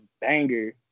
banger